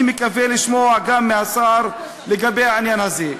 אני מקווה לשמוע מהשר גם לגבי העניין הזה.